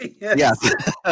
Yes